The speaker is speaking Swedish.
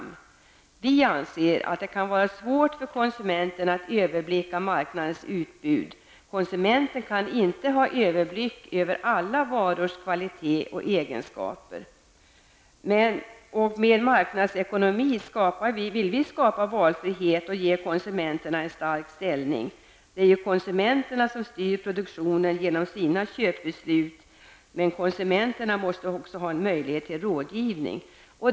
Vi i folkpartiet anser att det kan vara svårt för konsumenten att överblicka marknadens utbud. Konsumenten kan inte ha överblick över alla varors kvalitet och egenskaper. Med marknadsekonomi vill vi skapa valfrihet och ge konsumenterna en stark ställning. Det är ju konsumenterna som styr produktionen genom sina köpbeslut, men konsumenterna måste också ha möjlighet till rådgivning.